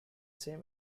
same